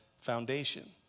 foundation